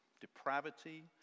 depravity